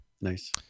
nice